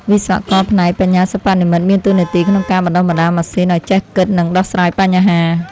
វិស្វករផ្នែកបញ្ញាសិប្បនិម្មិតមានតួនាទីក្នុងការបណ្តុះបណ្តាលម៉ាស៊ីនឱ្យចេះគិតនិងដោះស្រាយបញ្ហា។